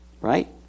Right